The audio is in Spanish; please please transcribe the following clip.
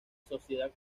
sociedad